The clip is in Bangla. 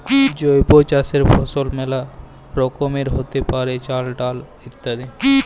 জৈব চাসের ফসল মেলা রকমেরই হ্যতে পারে, চাল, ডাল ইত্যাদি